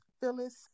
Phyllis